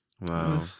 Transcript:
Wow